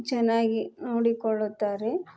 ಚೆನ್ನಾಗಿ ನೋಡಿಕೊಳ್ಳುತ್ತಾರೆ